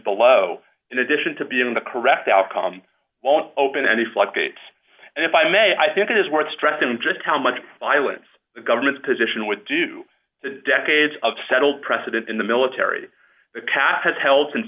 below in addition to being the correct outcome won't open any floodgates and if i may i think it is worth stressing just how much violence the government's position would do to decades of settled precedent in the military the cap has held since